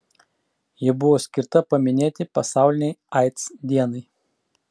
ji buvo skirta paminėti pasaulinei aids dienai